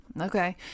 Okay